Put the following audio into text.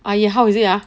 !aiya! how is it ah